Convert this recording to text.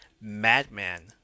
Madman